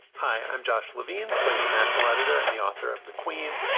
hi, i'm josh levine, slate's national editor and the author of the queen,